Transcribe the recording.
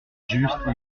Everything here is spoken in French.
juste